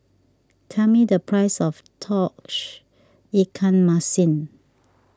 tell me the price of Tauge Ikan Masin